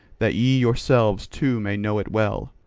that ye yourselves too may know it well.